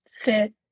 fit